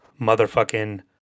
Motherfucking